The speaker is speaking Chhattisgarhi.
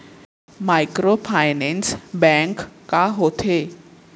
माइक्रोफाइनेंस बैंक का होथे?